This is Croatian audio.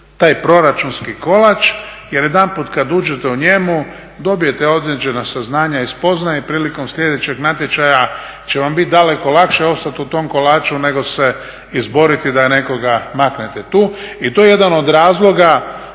taj proračunski kolač. Jer jedanput kad uđete u njemu dobijete određena saznanja i spoznaje i prilikom sljedećeg natječaja će vam biti daleko lakše ostati u tom kolaču nego se izboriti da nekoga maknete tu. I to je jedan od razloga